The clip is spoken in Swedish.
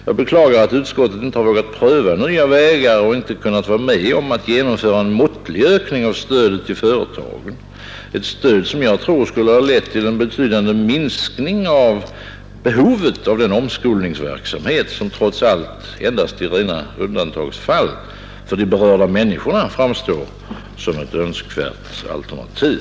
Jag beklagar att inte utskottet vågat pröva nya vägar och inte kunnat vara med om att genomföra en måttlig ökning av stödet till företagen, ett stöd som jag tror skulle ha lett till en betydande minskning av behovet av den omskolningsverksamhet som trots allt endast i rena undantagsfall för de berörda människorna framstår som ett önskvärt alternativ.